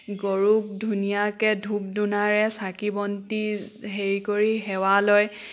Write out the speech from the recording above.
গৰুক ধুনীয়াকৈ ধূপ ধুনাৰে চাকি বন্তি হেৰি কৰি সেৱা লয়